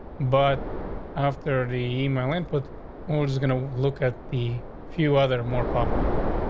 but after the email and put what was going to look at the few other more popular ones,